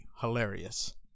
hilarious